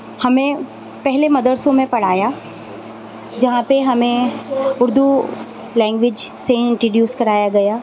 ہمیں پہلے مدرسوں میں پڑھایا جہاں پہ ہمیں اردو لینگویج سے انٹروڈیوس کرایا گیا